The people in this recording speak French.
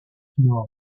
nord